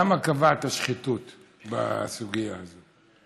למה קבעת שחיתות בסוגיה הזו?